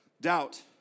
Doubt